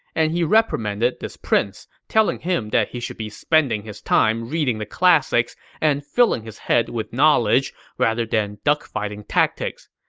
and he reprimanded this prince, telling him he should be spending his time reading the classics and filling his head with knowledge rather than duck-fighting tactics.